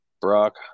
Brock